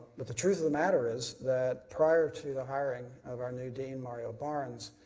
but the truth of the matter is that prior to the hiring of our new dean, mario barnes,